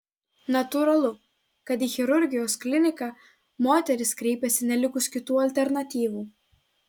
natūralu kad į chirurgijos kliniką moterys kreipiasi nelikus kitų alternatyvų